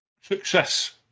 success